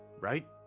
right